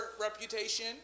reputation